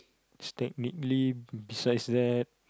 stack neatly besides that